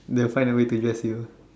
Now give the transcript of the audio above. they will find a way to dress you